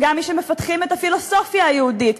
וגם מי שמפתחים את הפילוסופיה היהודית,